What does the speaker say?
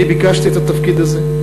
אני ביקשתי את התפקיד הזה.